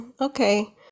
okay